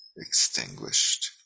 Extinguished